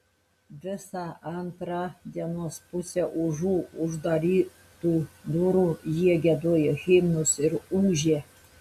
visą antrą dienos pusę užu uždarytų durų jie giedojo himnus ir ūžė